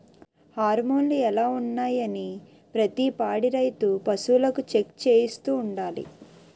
హార్మోన్లు ఎలా ఉన్నాయి అనీ ప్రతి పాడి రైతు పశువులకు చెక్ చేయిస్తూ ఉండాలి